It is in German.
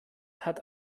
hat